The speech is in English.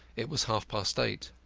it was half-past eight.